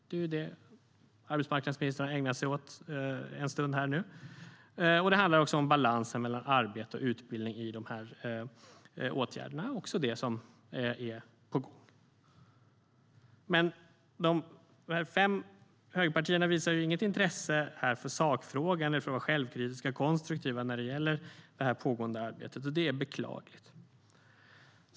Det är ju det som arbetsmarknadsministern har ägnat sig åt en tid. Det handlar också om balansen och utbildning inom dessa åtgärder. Men de fem högerpartierna visar ju inget intresse för sakfrågan eller för att vara självkritiska och konstruktiva när det gäller det pågående arbetet. Det är beklagligt.